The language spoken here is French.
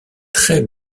très